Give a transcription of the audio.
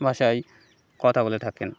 ভাষায় কথা বলে থাকেন